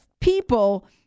people